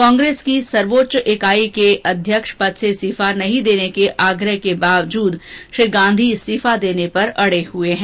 कांग्रेस की सर्वोच्च इकाई के कांग्रेस अध्यक्ष से इस्तीफा नहीं देने के आग्रह के बावजूद श्री गांधी इस्तीफा देने पर अड़े हुए हैं